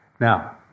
Now